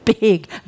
big